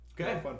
Okay